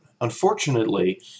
Unfortunately